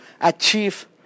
achieve